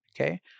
okay